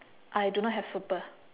I do not have super